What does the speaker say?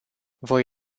voi